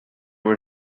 were